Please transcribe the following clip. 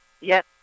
Yes